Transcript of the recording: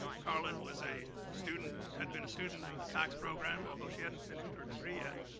carlyn was a student, had been a student in the tax program, although she hadn't finished her degree yet.